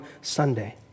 Sunday